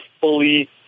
fully